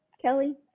Kelly